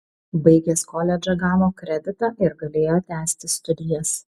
baigęs koledžą gavo kreditą ir galėjo tęsti studijas